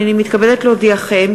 הנני מתכבדת להודיעכם,